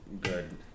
good